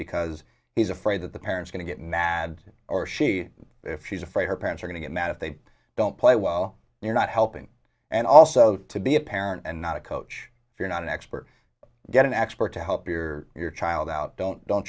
because he's afraid that the parent's going to get mad or if she's afraid her parents are going to get mad if they don't play well you're not helping and also to be a parent and not a coach if you're not an expert get an expert to help your your child out don't don't